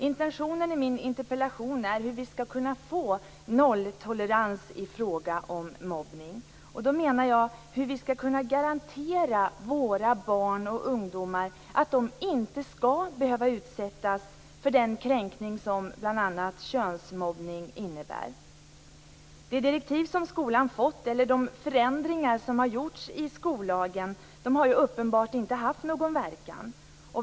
Intentionen i min interpellation är hur vi skall kunna få en nolltolerans i fråga om mobbning. Då menar jag hur vi skall kunna garantera att våra barn och ungdomar inte skall behöva utsättas för den kränkning som bl.a. könsmobbning innebär. De förändringar som gjorts i skollagen har uppenbart inte haft någon verkan.